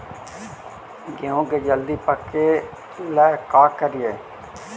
गेहूं के जल्दी पके ल का करियै?